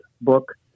book